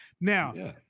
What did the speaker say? Now